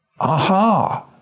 Aha